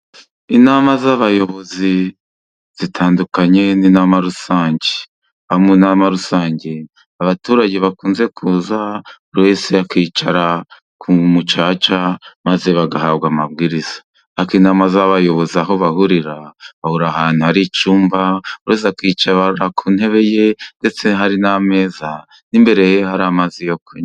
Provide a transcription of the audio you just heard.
Inama z'abayobozi zitandukanye ni inama rusange aho nama rusange abaturage bakunze kuza buri wese akicara ku mucaca maze bagahabwa amabwiriza. Ariko inama z'abayobozi aho bahurira bahurira ahantu hari icyumba buri wese akica ku ntebe ye ndetse hari n'ameza n'imbere ye hari amazi yo kunywa.